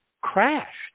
crashed